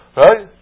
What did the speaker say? right